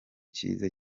cyiza